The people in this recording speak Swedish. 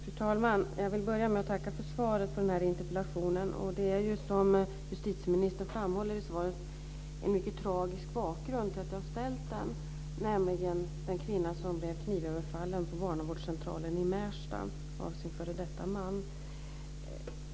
Fru talman! Jag vill börja med att tacka för svaret på interpellationen. Det är, som justitieministern framhåller i svaret, en mycket tragisk bakgrund till att jag ställt interpellationen. Det var en kvinna som blev knivöverfallen på barnavårdscentralen i Märsta av sin före detta man.